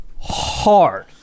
Hard